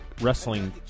wrestling